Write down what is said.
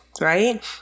right